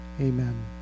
Amen